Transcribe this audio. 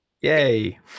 Yay